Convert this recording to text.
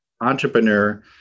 entrepreneur